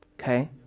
okay